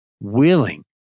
willing